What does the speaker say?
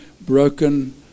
broken